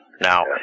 Now